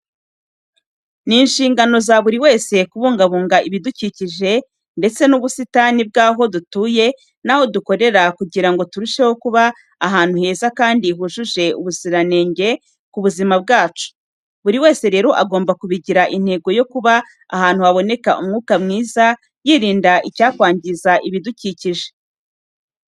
Ni inshingano za buri wese kubungangabunga ibidukikije ndetse n'ubusitani bw'aho dutuye n'aho dukorera kugira ngo turusheho kuba ahantu heza kandi hujuje ubuziranenge ku buzima bwacu. Buri wese rero agomba kubigira intego yo kuba ahantu haboneka umwuka mwiza yirinda icyakwangiza ibidukikije.